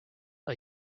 are